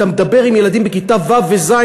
אתה מדבר עם ילדים בכיתה ו' וז',